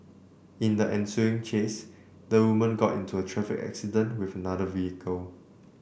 in the ensuing chase the woman got into a traffic accident with another vehicle